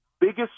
biggest